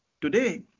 Today